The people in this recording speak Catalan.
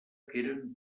eren